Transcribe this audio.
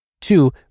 Two